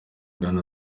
bwana